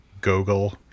Google